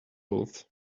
both